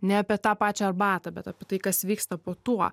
ne apie tą pačią arbatą bet apie tai kas vyksta po tuo